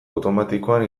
automatikoan